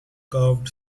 curved